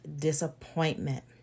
disappointment